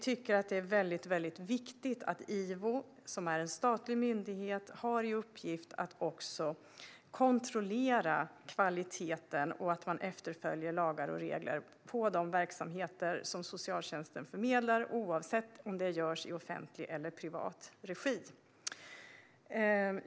Det är väldigt viktigt att IVO, som är en statlig myndighet, har i uppgift att kontrollera kvaliteten och att de verksamheter som socialtjänsten förmedlar efterföljer lagar och regler, oavsett om det handlar om offentliga eller privata verksamheter.